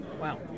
Wow